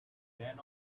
then